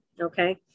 Okay